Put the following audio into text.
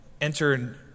enter